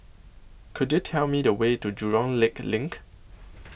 Could YOU Tell Me The Way to Jurong Lake LINK